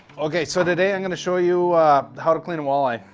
okay, so today i'm going to show you how to clean a walleye.